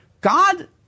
God